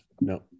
No